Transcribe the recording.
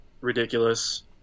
ridiculous